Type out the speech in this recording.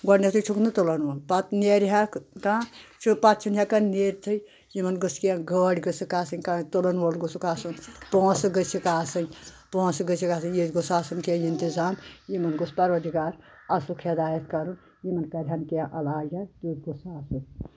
گۄڈنؠتھٕے چھُکھ نہٕ تُلَن وول پَتہٕ نیرِ ہؠکہٕ کانٛہہ چھُ پَتہٕ چھُنہٕ ہؠکان نیرِتھٕے یِمَن گوٚژھ کینٛہہ گٲڑۍ گٔژھکھ آسٕنۍ کانٛہہ تُلُن وول گوٚژھکھ آسُن پونٛسہٕ گٔژھِکھ آسٕنۍ پونٛسہٕ گٔژھِکھ آسٕنۍ ییٚتہِ گوٚژھ آسُن کینٛہہ اِنتظام یِمَن گوٚژھ پَروردِگار اَصٕلُک حدایت کَرُن یِمَن کَرِہَن کینٛہہ علاج حظ تیُتھ گوٚژھ آسُن